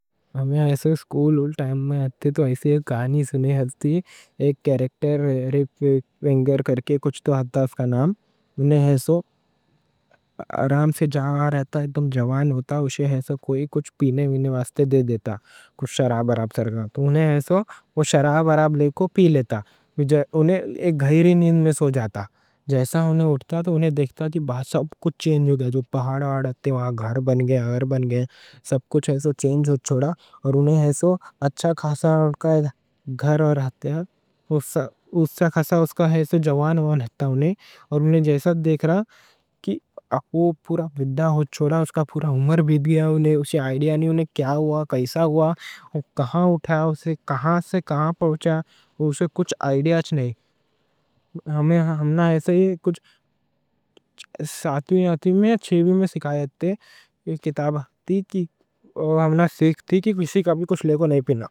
ہمیں ایسے اسکول اوّل ٹائم میں ہوتے تو ایسے ایک کہانی سنی ہوتی، ایک کریکٹر ریپ وینگر کرکے کچھ تو ہوتا. اس کا نام انہیں ایسے آرام سے جا رہتا، جوان ہوتا. اسے ایسے کوئی کچھ پینے وینے واسطے دے دیتا، کچھ شراب عراب سرکا تو. انہیں ایسے وہ شراب عراب لے کو پی لیتا، انہیں ایک گہری نیند میں سو جاتا. جیسا انہیں اٹھتا تو انہیں دیکھتا تو سب کچھ چینج ہو گیا. جو پہاڑ آڑتے وہاں گھر بن گیا. اور انہیں ایسے اچھا خاصا گھر اور جوان ہوتا انہیں. اور انہیں جیسا دیکھ رہا کہ پورا عمر بیت گئی، اسے آئیڈیا نہیں کیا ہوا، کیسا ہوا، کہاں اٹھا اسے. کہاں سے کہاں پہنچا اسے کچھ آئیڈیا تھی نہیں. ہمنا ایسے کچھ ساتویں میں، آٹھویں میں سکھا رہتے، کتاب ہوتی ہے، ہمنا سکھتی کہ کسی کبھی کچھ لے کو نہیں پینا.